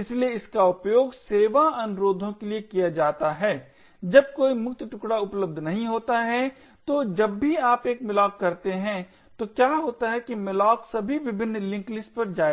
इसलिए इसका उपयोग सेवा अनुरोधों के लिए किया जाता है जब कोई मुक्त टुकड़ा उपलब्ध नहीं होता है तो जब भी आप एक malloc करते हैं तो क्या होता है कि malloc सभी विभिन्न लिंक लिस्ट पर जाएगा